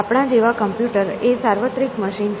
આપણા જેવા કમ્પ્યુટર એ સાર્વત્રિક મશીન છે